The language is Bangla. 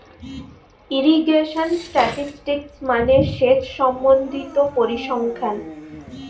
ইরিগেশন স্ট্যাটিসটিক্স মানে সেচ সম্বন্ধিত পরিসংখ্যান